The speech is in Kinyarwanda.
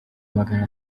magana